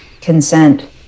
consent